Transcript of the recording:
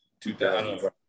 2000